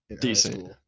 Decent